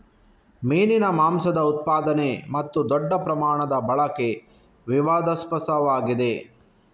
ಮೀನಿನ ಮಾಂಸದ ಉತ್ಪಾದನೆ ಮತ್ತು ದೊಡ್ಡ ಪ್ರಮಾಣದ ಬಳಕೆ ವಿವಾದಾಸ್ಪದವಾಗಿದೆ